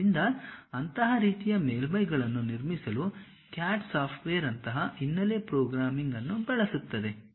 ಆದ್ದರಿಂದ ಅಂತಹ ರೀತಿಯ ಮೇಲ್ಮೈಗಳನ್ನು ನಿರ್ಮಿಸಲು CAD ಸಾಫ್ಟ್ವೇರ್ ಅಂತಹ ಹಿನ್ನೆಲೆ ಪ್ರೋಗ್ರಾಮಿಂಗ್ ಅನ್ನು ಬಳಸುತ್ತದೆ